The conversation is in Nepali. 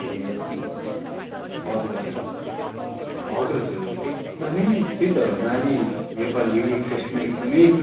ए हजुर हजुर हजुर हजुर सर एकदमै त्यही त नानी यो पालि युनिट टेस्टमा एकदमै